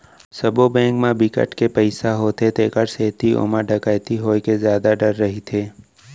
सबो बेंक म बिकट के पइसा होथे तेखर सेती ओमा डकैती होए के जादा डर रहिथे